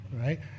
right